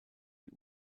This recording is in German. die